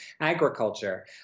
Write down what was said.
agriculture